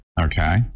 okay